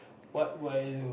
what would I do